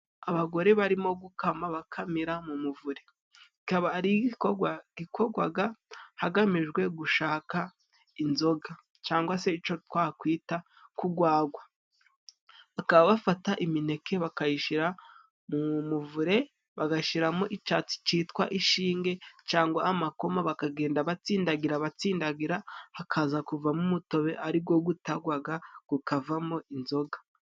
Abagore barimo gukama, bakamira mu muvure. Ikaba ari igikogwa gikogwaga hagamijwe gushaka inzoga, cangwa se icyo twakwita kugwagwa. Bakaba bafata imineke, bakayishira mu muvure, bagashimo icatsi citwa ishinge, cangwa amakoma, bakagenda batsindagira, batsindagira, hakaza kuvamo umutobe, ari go gutagwaga, gukavamo inzoga.